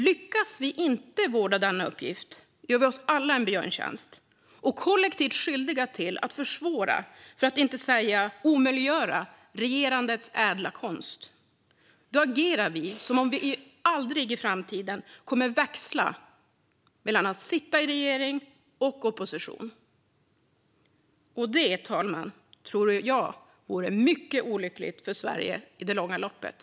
Lyckas vi inte vårda denna uppgift gör vi oss alla en björntjänst och blir kollektivt skyldiga till att försvåra, för att inte säga omöjliggöra, regerandets ädla konst. Då agerar vi som om vi aldrig i framtiden kommer att växla mellan att sitta i regering och i opposition. Det tror jag, fru talman, vore mycket olyckligt för Sverige i det långa loppet.